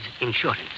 insurance